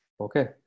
Okay